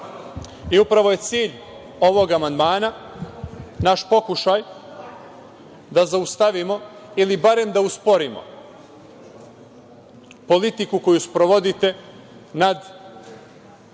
Upravo je cilj ovog amandmana naš pokušaj da zaustavimo ili barem da usporimo politiku koju sprovodite nad